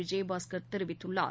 விஜயபாஸ்கர் தெரிவித்துள்ளார்